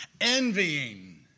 envying